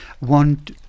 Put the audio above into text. want